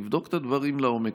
שתבדוק את הדברים לעומק.